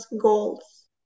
goals